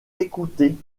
écoutée